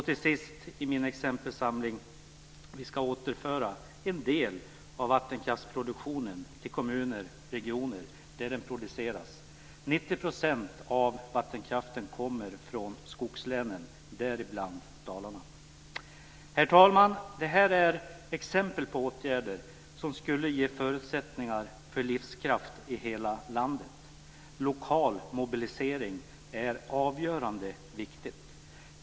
Till sist i min exempelsamling: Vi ska återföra en del av vattenkraftsproduktionen till kommuner, regioner, där den produceras. 90 % av vattenkraften kommer från skogslänen, bl.a. Dalarna. Herr talman ! Det här är exempel på åtgärder som skulle ge förutsättningar för livskraft i hela landet. Lokal mobilisering är avgörande viktigt.